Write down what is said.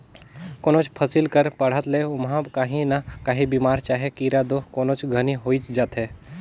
कोनोच फसिल कर बाढ़त ले ओमहा काही न काही बेमारी चहे कीरा दो कोनोच घनी होइच जाथे